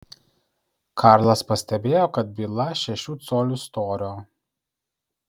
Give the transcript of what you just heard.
karlas pastebėjo kad byla šešių colių storio